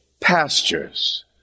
Pastures